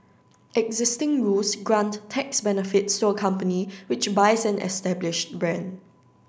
existing rules grant tax benefits to a company which buys an established brand